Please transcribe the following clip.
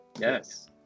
yes